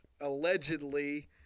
allegedly